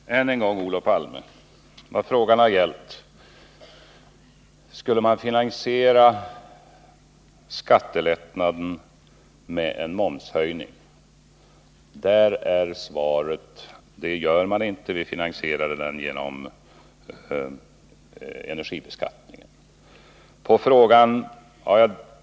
Herr talman! Än en gång, Olof Palme, vad frågan har gällt är: Skulle man finansiera skattelättnaden med en momshöjning? Svaret är: det gör vi inte. Vi finansierar den genom energibeskattningen.